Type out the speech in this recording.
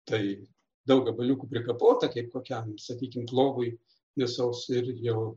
tai daug gabaliukų prikapota kaip kokiam sakykim plovui mėsos ir jau